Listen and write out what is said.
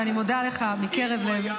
ואני מודה לך מקרב לב.